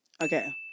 Okay